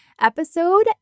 episode